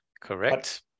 Correct